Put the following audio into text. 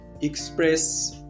express